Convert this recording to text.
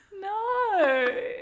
No